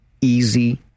easy